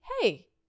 hey